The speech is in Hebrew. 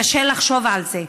קשה לחשוב על זה.